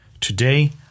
Today